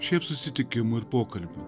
šiaip susitikimų ir pokalbių